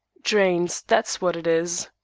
drains, that's what it is,